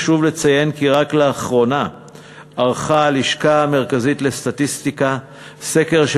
חשוב לציין כי רק לאחרונה ערכה הלשכה המרכזית לסטטיסטיקה סקר,